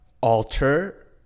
alter